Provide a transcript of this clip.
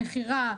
מכירה,